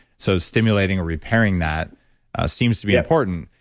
so stimulating or repairing that seems to be important.